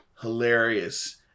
hilarious